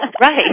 Right